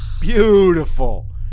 Beautiful